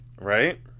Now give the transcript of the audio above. Right